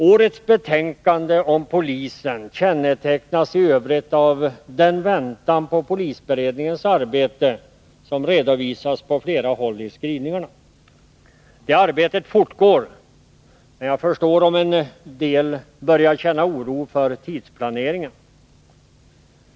Årets betänkande om polisen kännetecknas i övrigt av den väntan på polisberedningens arbete som redovisas på flera håll i skrivningarna. Det arbetet fortgår, men jag förstår om en del börjar känna oro för tidsplaneringen.